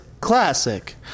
Classic